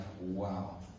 wow